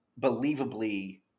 believably